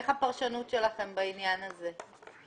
מה הפרשנות שלכם בעניין הזה?